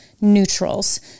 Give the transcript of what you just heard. neutrals